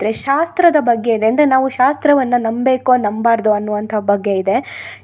ಶಾಸ್ತ್ರದ ಬಗ್ಗೆ ಇದೆ ಅಂದರೆ ನಾವು ಶಾಸ್ತ್ರವನ್ನು ನಂಬಬೇಕೊ ನಂಬಬಾರ್ದೋ ಅನ್ನುವಂಥ ಬಗ್ಗೆ ಇದೆ